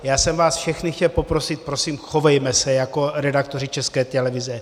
Já jsem vás všechny chtěl poprosit, prosím, chovejme se jako redaktoři České televize.